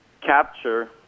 capture